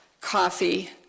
coffee